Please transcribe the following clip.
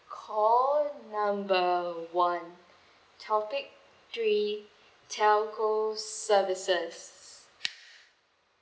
call number one topic three telco services